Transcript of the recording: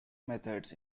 methods